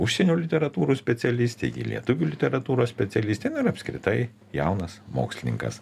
užsienio literatūros specialistė ji lietuvių literatūros specialistė nu ir apskritai jaunas mokslininkas